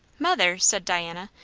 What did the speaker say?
mother! said diana.